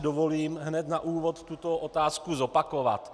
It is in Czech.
Dovolím si hned na úvod tuto otázku zopakovat.